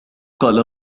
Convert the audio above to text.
قال